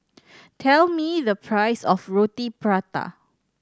tell me the price of Roti Prata